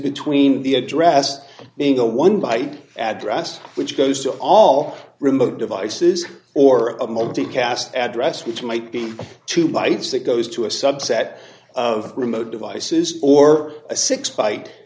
between the address being the one byte address which goes to all remote devices or a multicast address which might be two bytes that goes to a subset of remote devices or a six byte